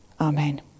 Amen